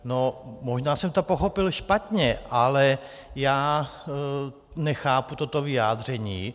No, možná jsem to pochopil špatně, ale já nechápu toto vyjádření.